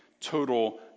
total